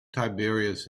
tiberius